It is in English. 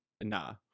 nah